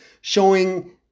showing